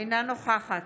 אינה נוכחת